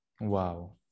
Wow